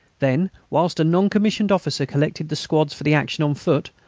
then, whilst a non-commissioned officer collected the squads for the action on foot,